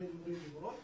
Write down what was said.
למורים ומורות,